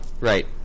Right